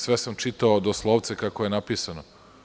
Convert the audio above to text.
Sve sam čitao doslovce, kako je napisano.